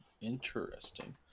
Interesting